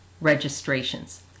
registrations